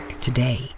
today